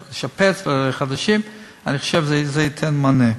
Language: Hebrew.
לשפץ חדרי מיון חדשים, אני חושב שזה ייתן מענה.